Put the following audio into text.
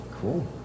Cool